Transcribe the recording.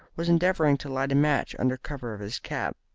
was endeavouring to light a match under cover of his cap.